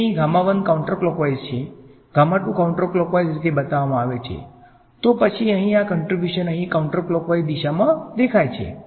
તેથી અહીં કાઉન્ટરક્લોકવાઇઝ છે કાઉન્ટરક્લોકવાઇઝ રીતે બતાવવામાં આવે છે તો પછી અહીં આ કંટ્રીબ્યુશન અહી કાઉન્ટરક્લોકવાઇઝ દિશામાં દેખાય છે